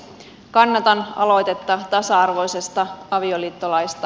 kannatan aloitetta tasa arvoisesta avioliittolaista